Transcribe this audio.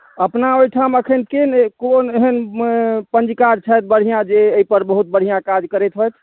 अपना ओहिठाम एखन के कोन एहन पञ्जीकार छथि बढ़िआँ जे एहिपर बहुत बढ़िआँ काज करैत होथि